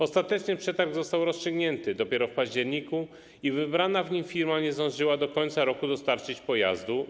Ostatecznie przetarg został rozstrzygnięty dopiero w październiku i wybrana w nim firma nie zdążyła do końca roku dostarczyć pojazdu.